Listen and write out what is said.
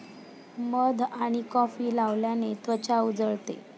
मध आणि कॉफी लावल्याने त्वचा उजळते